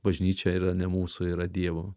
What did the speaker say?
bažnyčia yra ne mūsų yra dievo